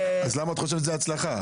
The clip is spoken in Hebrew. למה את חושבת שזו הצלחה.